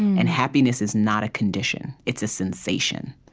and happiness is not a condition. it's a sensation.